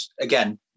Again